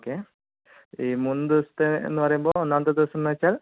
okay ഈ മൂന്ന് ദിവസത്തെയെന്ന് പറയുമ്പോൾ മൂന്ന് ദിവസമെന്നുവെച്ചാൽ